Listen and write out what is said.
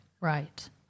Right